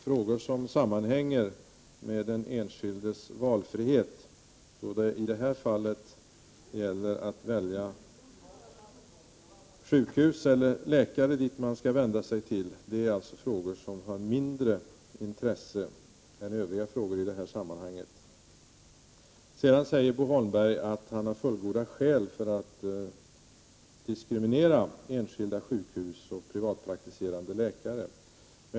Frågor som sammanhänger med den enskildes frihet att välja sjukhus eller läkare har uppenbarligen mindre intresse än övriga frågor i detta sammanhang. Vidare säger Bo Holmberg att han har fullgoda skäl för att diskriminera enskilda sjukhus och privatpraktiserande läkare.